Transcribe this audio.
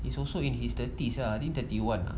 he's also in his thirties ah thirty one ah